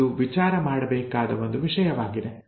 ಇದು ವಿಚಾರಮಾಡಬೇಕಾದ ಒಂದು ವಿಷಯವಾಗಿದೆ